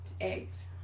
Eggs